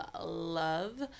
love